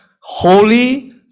holy